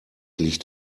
licht